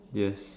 yes